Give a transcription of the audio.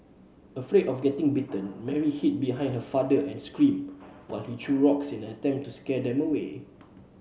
afraid of getting bitten Mary hid behind her father and screamed while he threw rocks in an attempt to scare them away